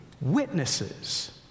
witnesses